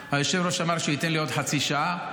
והיושב-ראש אמר שהוא ייתן לי עוד חצי שעה.